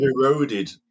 eroded